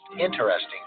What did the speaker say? interesting